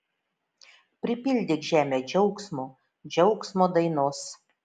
pripildyk žemę džiaugsmo džiaugsmo dainos